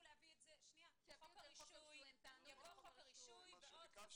תודה לגברתי יושבת הראש, על הניהול.